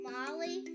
Molly